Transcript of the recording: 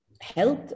health